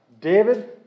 David